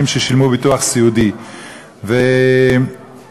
ששילמו ביטוח סיעודי על-ידי חברות הביטוח.